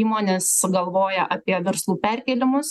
įmonės galvoja apie verslų perkėlimus